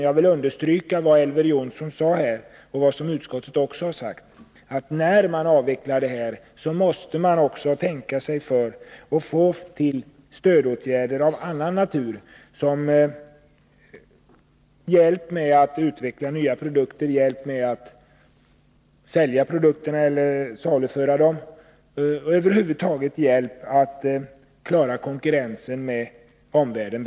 Jag vill understryka vad Elver Jonsson sade och vad utskottet också har sagt, att när man avvecklar detta stöd måste man tänka sig för och sätta in stödåtgärder av annan natur, såsom hjälp att utveckla nya produkter och att saluföra dem och över huvud taget hjälp att bättre klara konkurrensen med omvärlden.